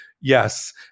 Yes